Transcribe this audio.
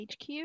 HQ